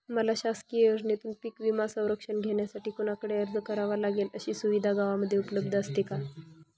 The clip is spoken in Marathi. मला शासकीय योजनेतून पीक विमा संरक्षण घेण्यासाठी कुणाकडे अर्ज करावा लागेल? अशी सुविधा गावामध्ये उपलब्ध असते का?